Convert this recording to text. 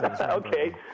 Okay